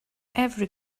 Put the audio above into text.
every